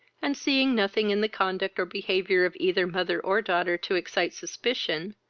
and seeing nothing in the conduct or behaviour of either mother or daughter to excite suspicion,